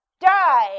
Die